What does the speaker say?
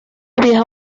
viajó